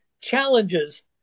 challenges